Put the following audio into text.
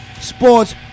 sports